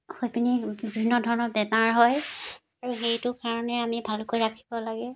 হৈ পিনি বিভিন্ন ধৰণৰ বেমাৰ হয় আৰু সেইটো কাৰণে আমি ভালকৈ ৰাখিব লাগে